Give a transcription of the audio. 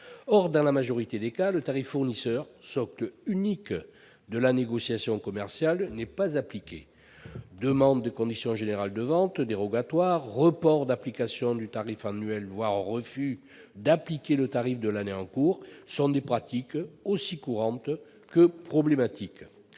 Or, dans la majorité des cas, le tarif fournisseur, socle unique de la négociation commerciale, n'est pas appliqué. Demandes de conditions générales de vente dérogatoires, reports d'application du tarif annuel, voire refus d'appliquer le tarif de l'année en cours sont des pratiques aussi courantes que problématiques.